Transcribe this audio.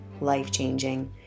life-changing